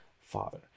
father